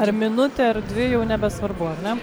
ar minutė ar dvi jau nebesvarbu ar ne